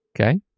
Okay